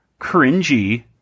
cringy